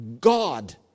God